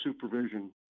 supervision